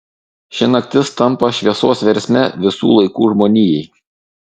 ši naktis tampa šviesos versme visų laikų žmonijai